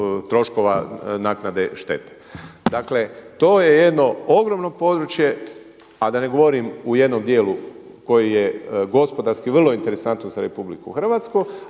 troškova naknade štete. Dakle to je jedno ogromno područje, a da ne govorim u jednom dijelu koji je gospodarski vrlo interesantno za RH, a pao